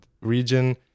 region